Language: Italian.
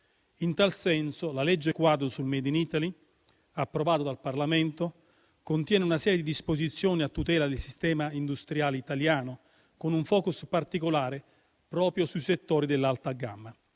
In tal senso, la legge quadro sul *made in Italy* approvata dal Parlamento contiene una serie di disposizioni a tutela del sistema industriale italiano, con un *focus* particolare proprio sui settori dell'alta gamma.